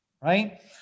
right